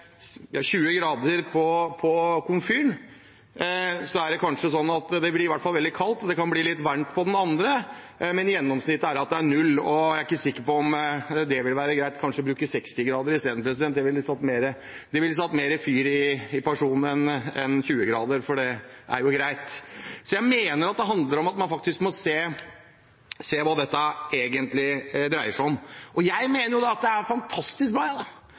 20 grader på komfyren, blir det i hvert fall veldig kaldt, og det kan bli litt varmt, men gjennomsnittet er at det er null. Jeg er ikke sikker på om det vil være greit å bruke 60 grader isteden, det ville satt mer fyr i personen enn 20 grader, for det er jo greit. Jeg mener man må se hva dette egentlig dreier seg om. Jeg mener det er fantastisk bra å få smale firefeltsveier – det er like god veibredde, det